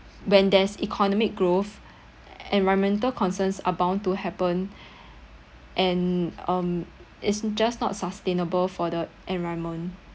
when there's economic growth environmental concerns are bound to happen and um it's just not sustainable for the environment